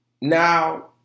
now